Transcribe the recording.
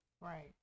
Right